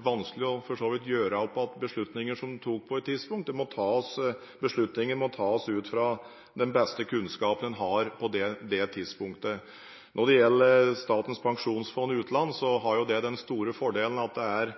vanskelig å gjøre om igjen beslutninger som man tok på et tidspunkt. Beslutninger må tas ut fra den beste kunnskapen man har på det tidspunktet. Når det gjelder Statens pensjonsfond utland, har det den store fordelen at det er